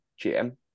GM